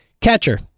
Catcher